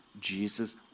Jesus